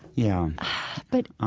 yeah but,